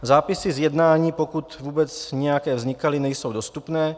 Zápisy z jednání, pokud vůbec nějaké vznikaly, nejsou dostupné.